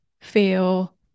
feel